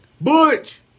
Butch